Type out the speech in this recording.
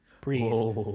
breathe